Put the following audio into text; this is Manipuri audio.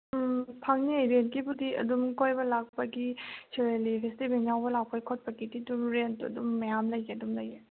ꯎꯝ ꯐꯪꯅꯤ ꯔꯦꯟꯀꯤꯕꯨꯗꯤ ꯑꯗꯨꯝ ꯀꯣꯏꯕ ꯂꯥꯛꯄꯒꯤ ꯁꯤꯔꯣꯏ ꯂꯤꯂꯤ ꯐꯦꯁꯇꯤꯕꯦꯟ ꯌꯥꯎꯕ ꯂꯥꯛꯄꯒꯤ ꯈꯣꯠꯄꯒꯤꯗꯤ ꯑꯗꯨ ꯔꯦꯟꯇꯣ ꯑꯗꯨꯝ ꯃꯌꯥꯝ ꯂꯩ ꯑꯗꯨꯝ ꯂꯩꯑꯦ